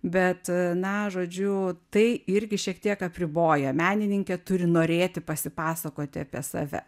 bet na žodžiu tai irgi šiek tiek apriboja menininkė turi norėti pasipasakoti apie save ir galėti